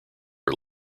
are